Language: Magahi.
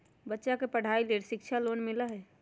बच्चा के पढ़ाई के लेर शिक्षा लोन मिलहई?